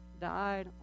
died